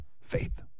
Faith